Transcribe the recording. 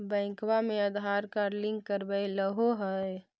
बैंकवा मे Aadhaar card link करवैलहो है?